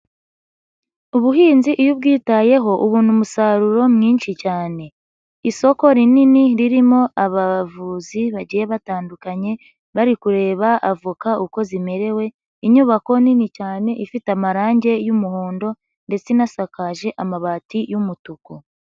Ubuhinzi iyo ubwitayeho ubona umusaruro mwinshi cyane. Isoko rinini ririmo abavuzi bagiye batandukanye bari kureba avoka uko zimerewe. Inyubako nini cyane ifite amarangi y'umuhondo ndetse inasakaje amabati y'umutuku.